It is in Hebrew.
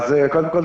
קודם כול,